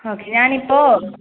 okay ഞാൻ ഇപ്പോൾ